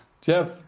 Jeff